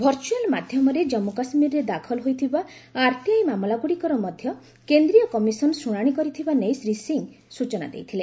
virtual ମାଧ୍ୟମରେ ଜାନ୍ମୁ କାଶ୍ମୀରରେ ଦାଖଲ ହୋଇଥିବା ଆର୍ଟିଆଇ ମାମଲାଗୁଡ଼ିକର ମଧ୍ୟ କେନ୍ଦ୍ରୀୟ କମିଶନ ଶୁଣାଣି କରିଥିବା ନେଇ ଶ୍ରୀ ସିଂ ସୂଚନା ଦେଇଥିଲେ